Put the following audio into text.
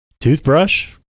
toothbrush